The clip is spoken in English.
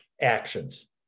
actions